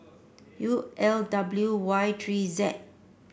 U L W Y three Z